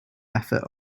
effect